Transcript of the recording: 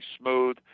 smooth